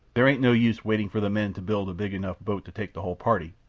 there ain't no use waiting for the men to build a big enough boat to take the whole party,